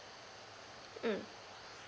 mm